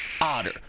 Otter